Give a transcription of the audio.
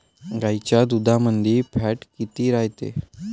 गाईच्या दुधामंदी फॅट किती रायते?